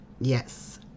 Yes